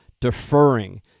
deferring